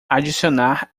adicionar